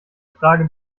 frage